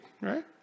right